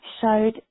showed